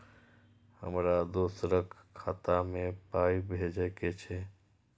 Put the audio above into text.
हमरा दोसराक खाता मे पाय भेजे के छै?